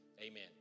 Amen